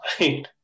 right